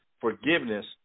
forgiveness